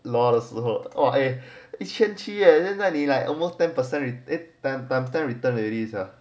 law 老的时候哇一千七 eh a it's 现在你 like almost ten percent cent it ten times their return already sia